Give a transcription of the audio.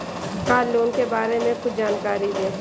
Car loan के बारे में कुछ जानकारी दें?